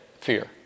fear